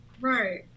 Right